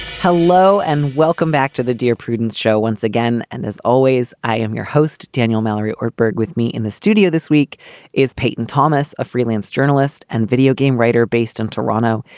hello and welcome back to the dear prudence show once again. and as always, i am your host, daniel mallory ortberg. with me in the studio this week is peyton thomas, a freelance journalist and videogame writer based in toronto.